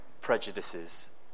prejudices